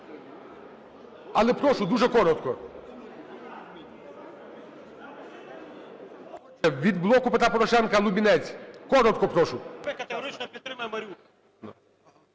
Але прошу дуже коротко. Від "Блоку Петра Порошенка" Лубінець. Коротко прошу.